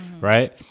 right